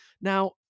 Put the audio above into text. Now